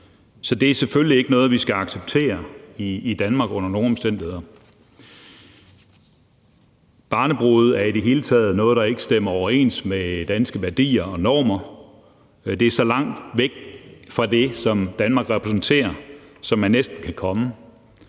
Det er selvfølgelig ikke noget, vi skal acceptere i Danmark under nogen omstændigheder. Barnebrude er i det hele taget noget, der ikke stemmer overens med danske værdier og normer. Det er så langt væk fra det, som Danmark repræsenterer, som man næsten kan komme.